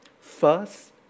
First